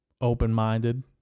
open-minded